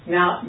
Now